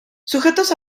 sujetos